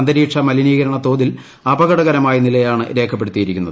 അന്തരീക്ഷ മലിനീകരണ തോതിൽ അപകടകരമായ നിലയാണ് രേഖപ്പെടുത്തിയിരിക്കുന്നത്